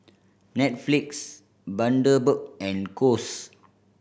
Netflix Bundaberg and Kose